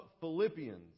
Philippians